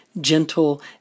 gentle